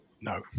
no